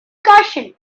caution